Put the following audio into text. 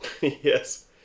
Yes